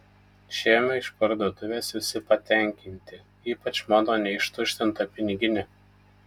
išėjome iš parduotuvės visi patenkinti ypač mano neištuštinta piniginė